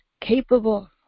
capable